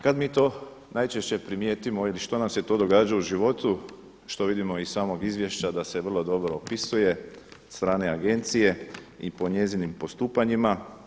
Kad mi to najčešće primijetimo ili što nam se to događa u životu što vidimo iz samog izvješća da se vrlo dobro opisuje od strane Agencije i po njezinim postupanjima?